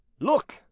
Look